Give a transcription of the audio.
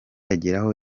ageraho